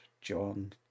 John